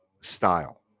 style